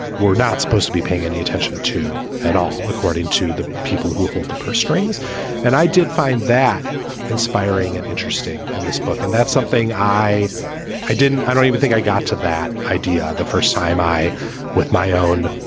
we're not supposed to be paying any attention to at all according to the people who hold the purse strings and i did find that inspiring and interesting in this book. and that's something i i didn't i don't even think i got to that idea the first time. i with my own,